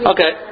Okay